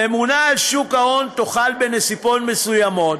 הממונה על שוק ההון תוכל, בנסיבות מסוימות,